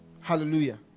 Hallelujah